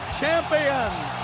champions